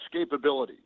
escapability